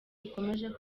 ikomeje